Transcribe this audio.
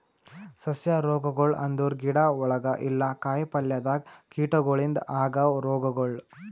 ಸಸ್ಯ ರೋಗಗೊಳ್ ಅಂದುರ್ ಗಿಡ ಒಳಗ ಇಲ್ಲಾ ಕಾಯಿ ಪಲ್ಯದಾಗ್ ಕೀಟಗೊಳಿಂದ್ ಆಗವ್ ರೋಗಗೊಳ್